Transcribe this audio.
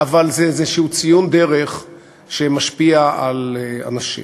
אבל זה איזשהו ציון דרך שמשפיע על אנשים.